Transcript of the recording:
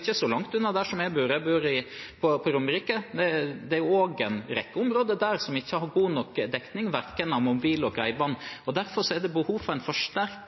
Ikke så langt unna der hvor jeg bor – jeg bor på Romerike – er det en rekke områder som ikke har god nok dekning for verken mobil eller bredbånd. Derfor er det behov for en